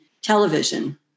television